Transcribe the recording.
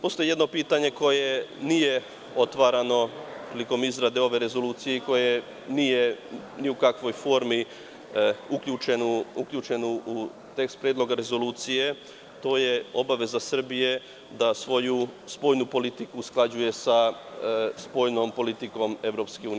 Postoji jedno pitanje koje nije otvarano prilikom izrade ove rezolucije i koje nije ni u kakvoj formi uključeno u tekst Predloga rezolucije, a to je obaveza Srbije da svoju spoljnu politiku usklađuje sa spoljnom politikom EU.